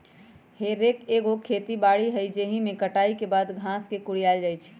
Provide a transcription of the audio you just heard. हे रेक एगो खेती बारी रेक हइ जाहिमे कटाई के बाद घास के कुरियायल जाइ छइ